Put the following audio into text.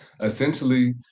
Essentially